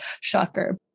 shocker